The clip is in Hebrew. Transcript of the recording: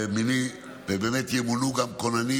ובאמת ימונו גם כוננים,